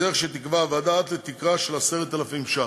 בדרך שתקבע הוועדה, עד לתקרה של 10,000 ש"ח.